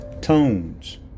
Tones